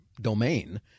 domain